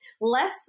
Less